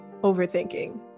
overthinking